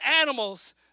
animals